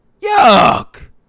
Yuck